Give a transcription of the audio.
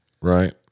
Right